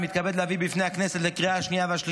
אני מתכבד להביא בפני הכנסת לקריאה השנייה ולקריאה